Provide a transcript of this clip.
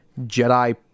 jedi